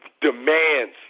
demands